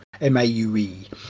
M-A-U-E